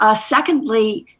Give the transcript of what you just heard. ah secondly,